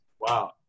Wow